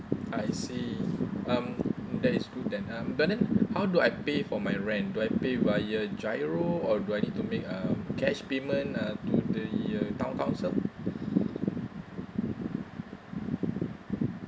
I see um that is good then um but then how do I pay for my rent do I pay via giro or do I need to make um cash payment uh to the uh